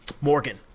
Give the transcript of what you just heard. Morgan